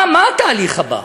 מה התהליך הבא?